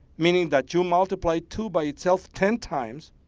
meaning that you multiply two by itself ten times,